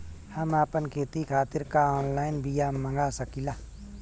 हम आपन खेती खातिर का ऑनलाइन बिया मँगा सकिला?